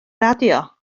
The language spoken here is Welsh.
radio